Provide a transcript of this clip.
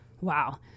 Wow